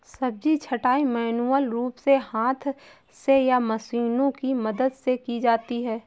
सब्जी छँटाई मैन्युअल रूप से हाथ से या मशीनों की मदद से की जाती है